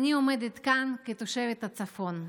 אני עומדת כאן כתושבת הצפון,